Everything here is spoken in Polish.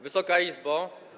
Wysoka Izbo!